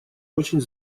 очень